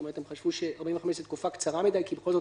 הם חשבו ש-45 זו תקופה קצרה מידיי כי בכל זאת